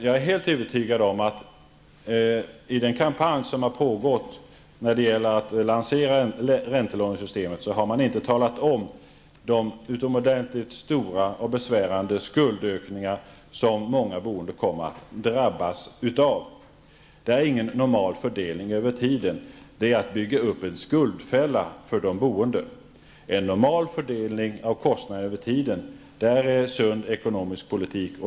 Jag är helt övertygad om att man inte, i den kampanj som pågått för att lansera räntelånesystemet, har talat om de utomordentligt stora och besvärande skuldökningar som många boende kommer att drabbas av. Det är ingen normal fördelning över tiden. Det är att bygga upp en skuldfälla för de boende. En normal fördelning av kostnaderna över tiden är sund ekonomisk politik.